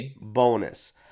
bonus